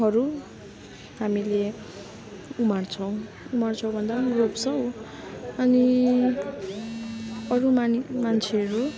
हरू हामीले उमार्छौँ उमार्छौँ भन्दा रोप्छौँ अनि अरू मानि मान्छेहरू